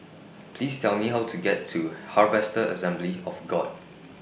Please Tell Me How to get to Harvester Assembly of God